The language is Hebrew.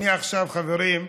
עכשיו, חברים,